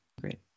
great